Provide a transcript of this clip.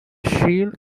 shield